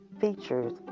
features